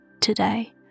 today